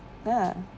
ah